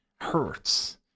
hurts